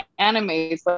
animes